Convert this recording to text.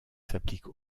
s’applique